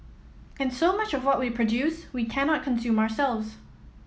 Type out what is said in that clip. and so much of what we produce we cannot consume ourselves